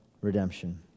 redemption